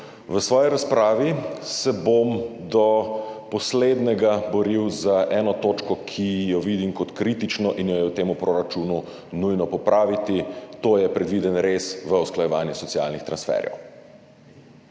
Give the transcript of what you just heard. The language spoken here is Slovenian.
V svoji razpravi se bom do poslednjega boril za eno točko, ki jo vidim kot kritično in jo je v tem proračunu nujno popraviti, to je predviden rez v usklajevanje socialnih transferjev.